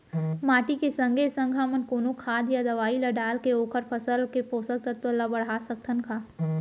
माटी के संगे संग हमन कोनो खाद या दवई ल डालके ओखर फसल के पोषकतत्त्व ल बढ़ा सकथन का?